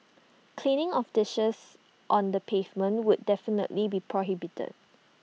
cleaning of dishes on the pavement would definitely be prohibited